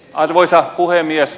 arvoisa puhemies